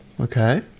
Okay